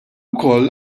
ukoll